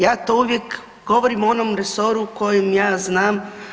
Ja to uvijek govorim o onom resoru o kojem ja znam.